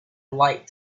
light